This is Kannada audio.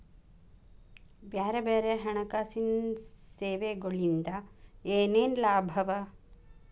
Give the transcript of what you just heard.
ಬ್ಯಾರೆ ಬ್ಯಾರೆ ಹಣ್ಕಾಸಿನ್ ಸೆವೆಗೊಳಿಂದಾ ಏನೇನ್ ಲಾಭವ?